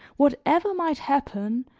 whatever might happen,